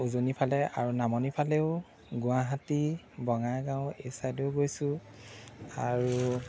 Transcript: উজনিফালে আৰু নামনিফালেও গুৱাহাটী বঙাইগাঁও এইছাইডেও গৈছোঁ আৰু